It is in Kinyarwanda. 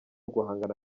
guhangana